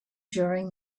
during